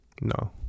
No